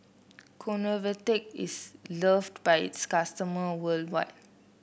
Convatec is loved by its customer worldwide